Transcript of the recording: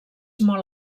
molt